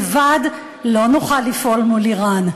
לבד לא נוכל לפעול מול איראן.